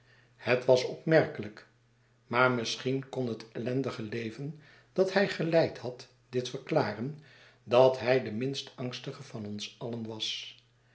het was opmerkelijk maar misschien kon het ellendige le ven dat hij geleid had dit verklaren dat hij de minst angstige van ons alien was